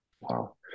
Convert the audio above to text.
Wow